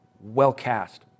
well-cast